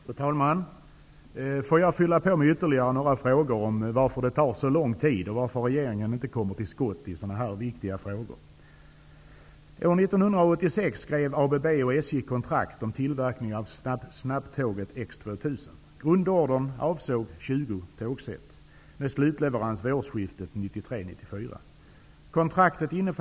Fru talman! Jag vill fylla på med ytterligare några frågor om varför det tar så lång tid och varför regeringen inte kommer till skott i sådana här viktiga frågor.